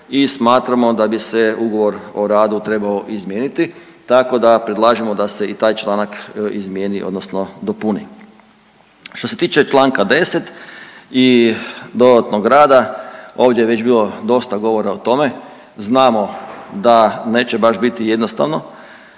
i smatramo da bi se ugovor o radu trebao izmijeniti tako da predlažemo da se i taj članka izmijeni odnosno dopuni. Što se tiče čl. 10. i dodatnog rada ovdje je već bilo dosta govora o tome, znamo da neće baš biti jednostavno